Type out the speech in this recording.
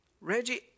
Reggie